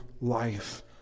life